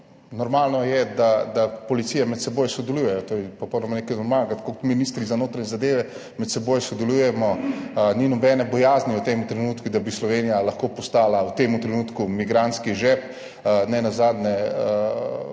Normalno je, da policije med seboj sodelujejo, to je popolnoma nekaj normalnega, tako kot ministri za notranje zadeve med seboj sodelujemo. Ni nobene bojazni v tem trenutku, da bi Slovenija lahko postala v tem trenutku migrantski žep. Nenazadnje